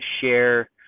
share